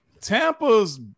Tampa's